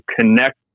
connect